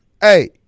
Hey